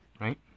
right